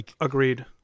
Agreed